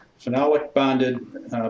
phenolic-bonded